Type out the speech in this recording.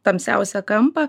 tamsiausią kampą